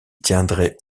tiendrait